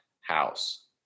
house